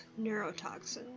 neurotoxin